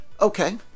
Okay